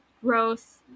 growth